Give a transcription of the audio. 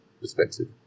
perspective